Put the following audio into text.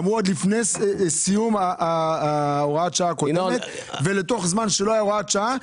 אמרו שעוד לפני סיום הוראת השעה הקודמת ובזמן שלא הייתה הוראת שעה,